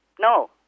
No